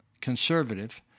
conservative